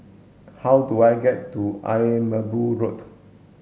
how do I get to Ayer Merbau Road